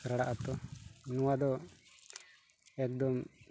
ᱨᱟᱲᱟ ᱟᱛᱳ ᱱᱚᱣᱟ ᱫᱚ ᱮᱠᱫᱚᱢ